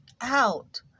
out